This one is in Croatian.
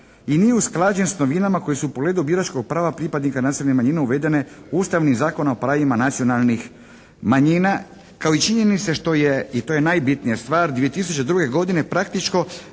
i nije usklađen s novinama koje su u pogledu biračkog prava pripadnika nacionalne manjine uvedene ustavnim Zakonom o pravima nacionalnih manjina kao i činjenice što je i to je najbitnija stvar, 2002. godine praktički